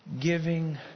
giving